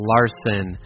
Larson